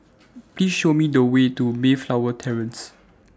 Please Show Me The Way to Mayflower Terrace